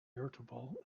irritable